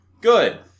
Good